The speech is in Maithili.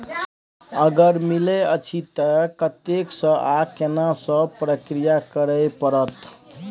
अगर मिलय अछि त कत्ते स आ केना सब प्रक्रिया करय परत?